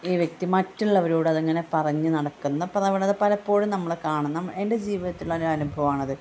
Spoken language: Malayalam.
ഈ വ്യക്തി മറ്റുള്ളവരോട് അതങ്ങനെ പറഞ്ഞ് നടക്കുന്ന പ്രവണത പലപ്പോഴും നമ്മൾ കാണുന്ന എൻ്റെ ജീവിതത്തിലെ ഒരു അനുഭവം ആണ് അത്